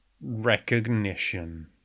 Recognition